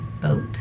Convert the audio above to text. boat